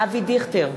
אבי דיכטר,